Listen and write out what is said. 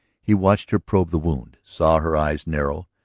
he watched her probe the wound, saw her eyes narrow,